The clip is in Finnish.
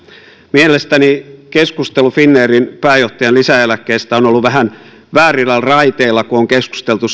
mielestäni keskustelu finnairin pääjohtajan lisäeläkkeestä on on ollut vähän väärillä raiteilla kun on keskusteltu